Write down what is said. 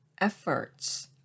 efforts